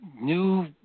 New